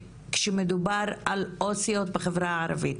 כשמדובר על עובדות סוציאליות בחברה הערבית.